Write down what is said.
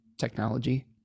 technology